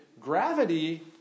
gravity